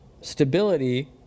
stability